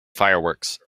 fireworks